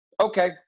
Okay